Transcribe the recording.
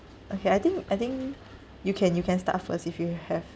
okay I think I think you can you can start first if you have